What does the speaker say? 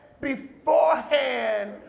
beforehand